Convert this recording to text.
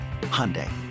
Hyundai